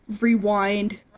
rewind